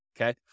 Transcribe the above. okay